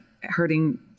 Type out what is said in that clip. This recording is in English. hurting